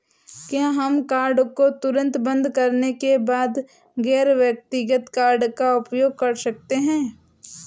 क्या हम कार्ड को तुरंत बंद करने के बाद गैर व्यक्तिगत कार्ड का उपयोग कर सकते हैं?